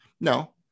No